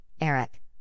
Eric